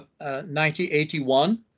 1981